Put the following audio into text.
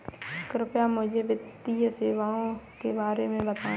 कृपया मुझे वित्तीय सेवाओं के बारे में बताएँ?